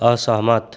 असहमत